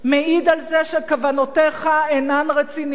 מעיד על זה שכוונותיך אינן רציניות,